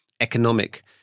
economic